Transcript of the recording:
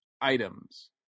items